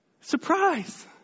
Surprise